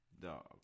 Dog